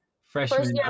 freshman